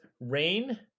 rain